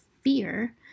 fear